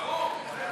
ברור.